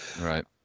Right